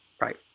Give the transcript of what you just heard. right